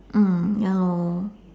mm ya lor